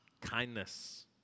kindness